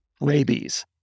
rabies